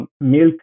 milk